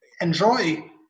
enjoy